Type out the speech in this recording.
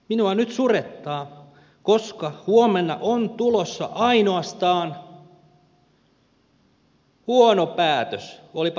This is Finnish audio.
minua nyt surettaa koska huomenna on tulossa ainoastaan huono päätös olipa tulos mikä tahansa